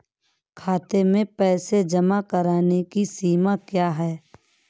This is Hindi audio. खाते में पैसे जमा करने की सीमा क्या है?